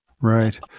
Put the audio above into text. Right